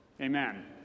Amen